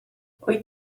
wyt